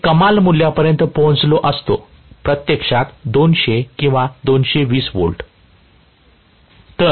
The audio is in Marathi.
मी कमाल मूल्यापर्यंत पोहोचलो असतो प्रत्यक्षात 200 किंवा 220 V